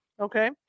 okay